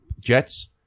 Jets